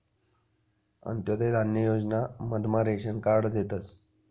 अंत्योदय धान्य योजना मधमा रेशन कार्ड देतस